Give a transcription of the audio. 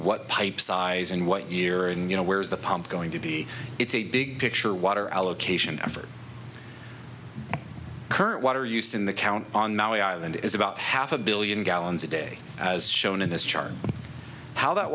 what pipe size and what year and you know where's the pump going to be it's a big picture water allocation effort current water used in the count on maui island is about half a billion gallons a day as shown in this chart how that